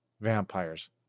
vampires